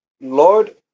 Lord